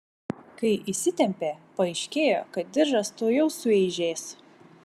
kai įsitempė paaiškėjo kad diržas tuojau sueižės